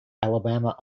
alabama